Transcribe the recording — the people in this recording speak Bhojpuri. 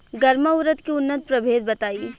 गर्मा उरद के उन्नत प्रभेद बताई?